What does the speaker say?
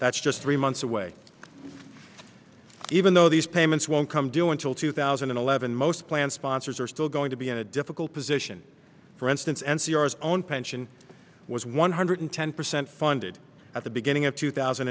that's just three month away even though these payments won't come due until two thousand and eleven most plan sponsors are still going to be in a difficult position for instance and c r s own pension was one hundred ten percent funded at the beginning of two thousand